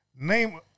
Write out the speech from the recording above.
Name